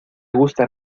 gusta